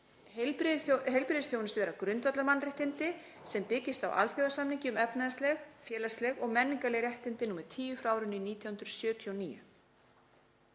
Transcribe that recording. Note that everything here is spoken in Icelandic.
heilbrigðisþjónustu vera grundvallarmannréttindi sem byggist á alþjóðasamningi um efnahagsleg, félagsleg og menningarleg réttindi, nr 10/1979.